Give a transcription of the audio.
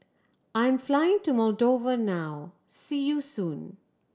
I'm flying to Moldova now see you soon